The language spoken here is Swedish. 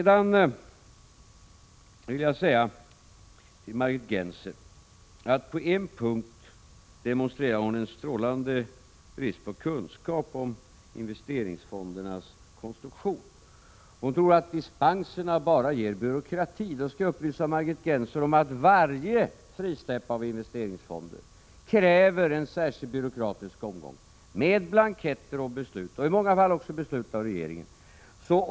Jag vill till Margit Gennser säga att hon på en punkt demonstrerar en strålande brist på kunskap om investeringsfondernas konstruktion. Hon tror att dispenserna bara ger byråkrati. Då skall jag upplysa Margit Gennser om att varje frisläpp av investeringsfonder kräver en särskild byråkratisk omgång med blanketter och beslut, i många fall också beslut av regeringen.